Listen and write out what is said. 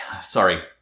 sorry